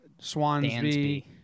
Swansby